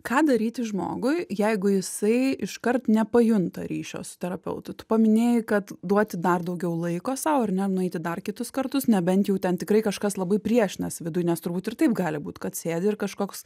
ką daryti žmogui jeigu jisai iškart nepajunta ryšio su terapeutu tu paminėjai kad duoti dar daugiau laiko sau ir ar ne nueiti į dar kitus kartus nebent jau ten tikrai kažkas labai priešinasi viduj nes turbūt ir taip gali būt kad sėdi ir kažkoks